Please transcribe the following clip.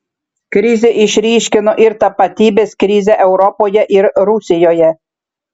krizė išryškino ir tapatybės krizę europoje ir rusijoje